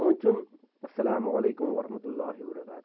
سوٗنٛچُن السلامُ علیکم ورحمتُہ اللہِ وبرکاتُوٗ